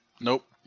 Nope